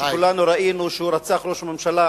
שכולנו ראינו שרצח ראש ממשלה,